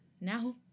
Now